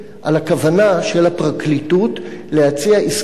על הכוונה של הפרקליטות להציע עסקת